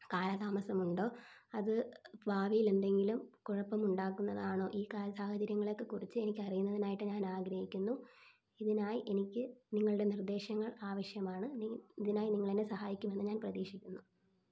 കാലതാമസമുണ്ടോ അത് ഭാവിയിലെന്തെങ്കിലും കുഴപ്പമുണ്ടാക്കുന്നതാണോ ഈ സാഹചര്യങ്ങളെയൊക്കെക്കുറിച്ച് എനിക്കറിയുന്നതിനായിട്ട് ഞാനാഗ്രഹിക്കുന്നു ഇതിനായി എനിക്ക് നിങ്ങളുടെ നിർദ്ദേശങ്ങൾ ആവശ്യമാണ് ഇതിനായി നിങ്ങളെന്നെ സഹായിക്കുമെന്ന് ഞാൻ പ്രതീക്ഷിക്കുന്നു